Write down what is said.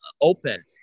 open